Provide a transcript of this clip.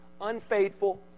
unfaithful